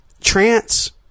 trance